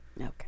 Okay